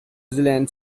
zealand